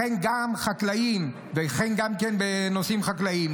לכן גם בנושאים חקלאיים.